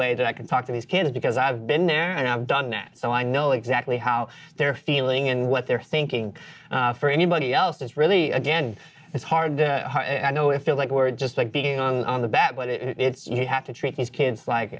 way that i can talk to these kids because i've been there and i've done that so i know exactly how they're feeling and what they're thinking for anybody else that's really again it's hard i know it feels like where it just like being on the bat but it's you have to treat these kids like